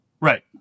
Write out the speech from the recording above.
Right